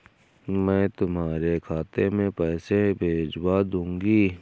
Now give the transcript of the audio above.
मैं तुम्हारे खाते में पैसे भिजवा दूँगी